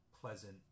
pleasant